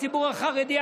הציבור החרדי,